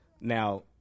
Now